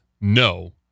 no